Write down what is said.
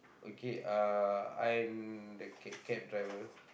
okay uh I and the c~ cab driver